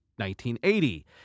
1980